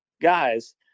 guys